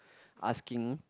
asking